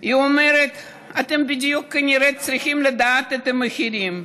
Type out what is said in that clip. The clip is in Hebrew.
היא אומרת: אתם בדיוק כנראה צריכים לדעת את המחירים.